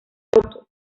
otto